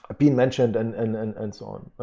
ah being mentioned and and and and so on.